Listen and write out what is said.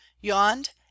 yawned